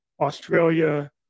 Australia